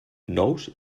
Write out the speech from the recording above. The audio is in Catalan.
nous